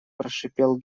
прошипел